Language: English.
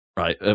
Right